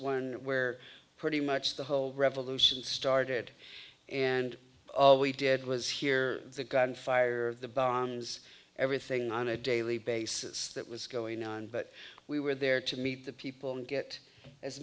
one where pretty much the whole revolution started and all we did was hear the gunfire the bombs everything on a daily basis that was going on but we were there to meet the people and get as